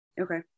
okay